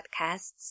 podcasts